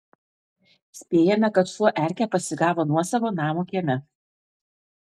spėjame kad šuo erkę pasigavo nuosavo namo kieme